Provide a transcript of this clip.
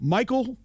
Michael